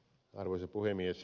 arvoisa puhemies